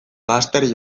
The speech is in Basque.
laster